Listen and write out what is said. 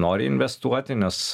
nori investuoti nes